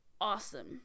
awesome